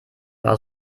war